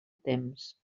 temps